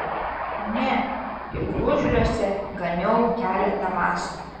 ne ir gružliuose ganiau keletą vasarų